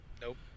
Nope